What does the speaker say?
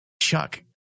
Chuck